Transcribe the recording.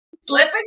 slipping